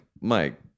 Mike